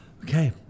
Okay